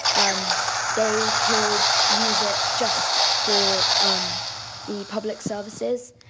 um they could use it just for um the public services.